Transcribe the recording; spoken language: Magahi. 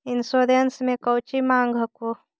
इंश्योरेंस मे कौची माँग हको?